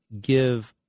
give